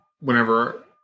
whenever